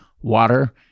water